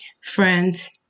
Friends